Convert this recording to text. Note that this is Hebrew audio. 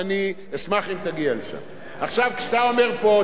תראה, אני יכולתי להתעלם מהאמירה הזאת,